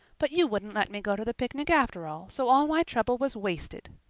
but you wouldn't let me go to the picnic after all, so all my trouble was wasted.